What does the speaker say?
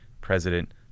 President